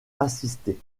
assisté